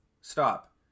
Stop